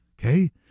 okay